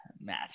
match